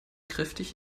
kräftig